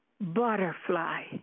butterfly